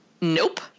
Nope